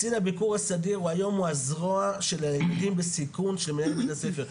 קצין הביקור הסדיר הוא היום הזרוע של ילדים בסיכון של מנהלת בית ספר.